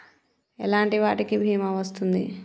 ఎలాంటి వాటికి బీమా వస్తుంది?